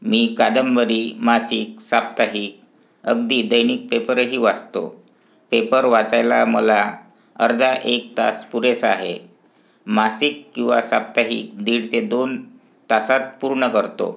मी कादंबरी मासिक साप्ताहिक अगदी दैनिक पेपरही वाचतो पेपर वाचायला मला अर्धा एक तास पुरेसा आहे मासिक किंवा साप्ताहिक दीड ते दोन तासात पूर्ण करतो